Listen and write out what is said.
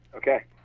Okay